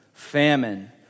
Famine